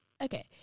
Okay